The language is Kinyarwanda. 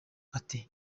ati